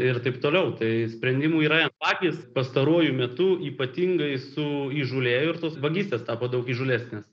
ir taip toliau tai sprendimų yra vagys pastaruoju metu ypatingai suįžūlėjo ir tos vagystės tapo daug įžūlesnės